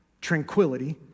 tranquility